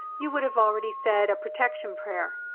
you would have already said a protection prayer.